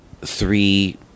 three